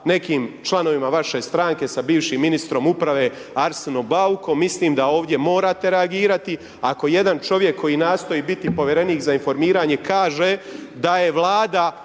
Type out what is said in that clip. nekim članovima vaše stranke, sa bivšim ministrom uprave Arsenom Baukom, mislim da ovdje morate reagirati. Ako jedan čovjek koji nastoji biti povjerenik za informiranje kaže, da je vlada